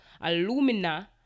alumina